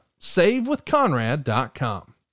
Savewithconrad.com